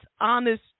honest